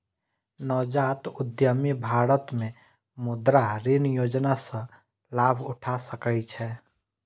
नवजात उद्यमी भारत मे मुद्रा ऋण योजना सं लाभ उठा सकै छै